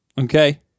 Okay